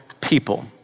people